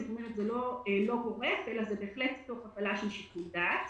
כלומר זה לא גורף אלא בהחלט תוך הפעלה של שיקול דעת.